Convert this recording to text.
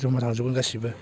जमा थांजोबगोन गासिबो